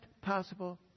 possible